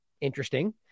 Interesting